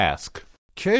Ask